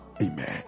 Amen